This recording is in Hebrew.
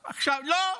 לא,